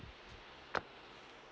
uh